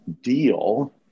deal